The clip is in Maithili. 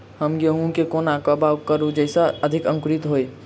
हम गहूम केँ कोना कऽ बाउग करू जयस अधिक अंकुरित होइ?